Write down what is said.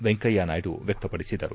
ವೆಂಕಯ್ಯ ನಾಯ್ಡು ವ್ಯಕ್ತಪಡಿಸಿದರು